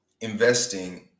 investing